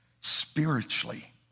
spiritually